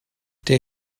der